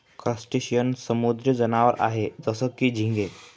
crustacean समुद्री जनावर आहे जसं की, झिंगे